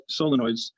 solenoids